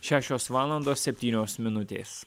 šešios valandos septynios minutės